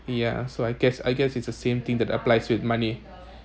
ya so I guess I guess it's the same thing that applies with money